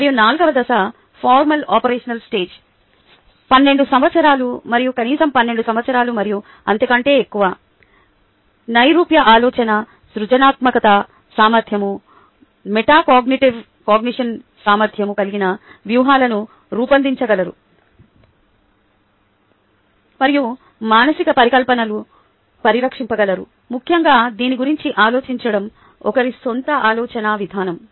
మరియు నాల్గవ దశ ఫార్మల్ ఓపెరాషనల్ స్టేజ్ 12 సంవత్సరాలు మరియు కనీసం 12 సంవత్సరాలు మరియు అంతకంటే ఎక్కువ నైరూప్య ఆలోచన సృజనాత్మక సామర్థ్యం మెటాకాగ్నిషన్ సామర్థ్యం కలిగిన వ్యూహాలను రూపొందించగలరు మరియు మానసిక పరికల్పనలు పరీక్షించగలరు ముఖ్యంగా దీని గురించి ఆలోచించడం ఒకరి సొంత ఆలోచనా విధానం